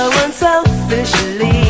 unselfishly